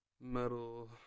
metal